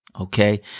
Okay